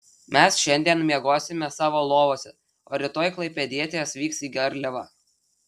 mes šiandien miegosime savo lovose o rytoj klaipėdietės vyks į garliavą